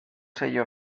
sello